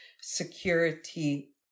security